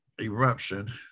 eruption